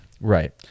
right